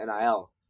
NIL